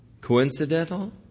coincidental